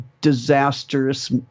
disastrous